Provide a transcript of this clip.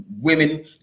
women